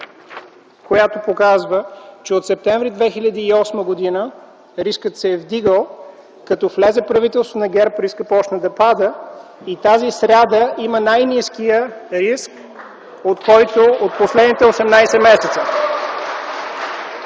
която показва, че от септември 2008 г. рискът се е вдигал, като влезе в правителството на ГЕРБ, рискът започна да пада и тази сряда има най-ниския риск от последните 18 месеца.